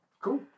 Cool